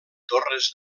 torres